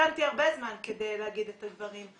המתנתי הרבה זמן כדי להגיד את הדברים.